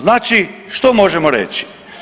Znači što možemo reći?